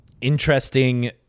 interesting